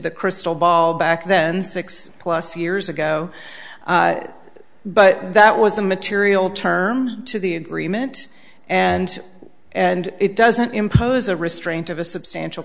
the crystal ball back then six plus years ago but that was a material term to the agreement and and it doesn't impose a restraint of a substantial